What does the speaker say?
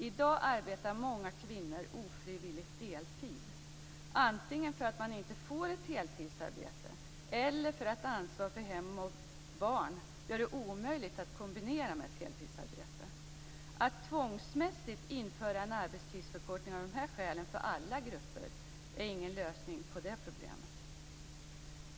I dag arbetar många kvinnor ofrivilligt deltid, antingen därför att man inte får ett heltidsarbete eller därför att ansvar för hem och barn gör det omöjligt att kombinera med ett heltidsarbete. Att tvångsmässigt införa en arbetstidsförkortning av de här skälen för alla grupper är ingen lösning på det problemet.